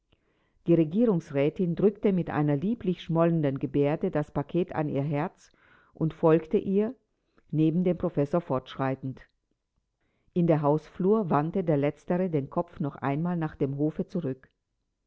die regierungsrätin drückte mit einer lieblich schmollenden gebärde das paket an ihr herz und folgte ihr neben dem professor fortschreitend in der hausflur wandte der letztere den kopf noch einmal nach dem hofe zurück